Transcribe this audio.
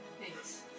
Thanks